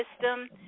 system